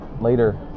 Later